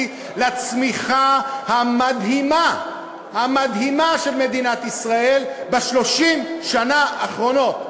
לצמיחה המדהימה של מדינת ישראל ב-30 השנה האחרונות.